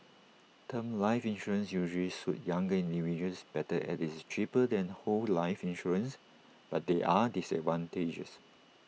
term life insurance usually suit younger individuals better as IT is cheaper than whole life insurance but there are disadvantages